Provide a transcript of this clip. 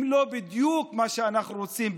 אם לא בדיוק מה שאנחנו רוצים,